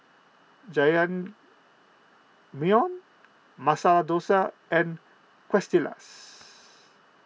Jajangmyeon Masala Dosa and Quesadillas